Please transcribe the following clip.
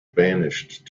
banished